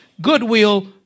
goodwill